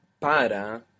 para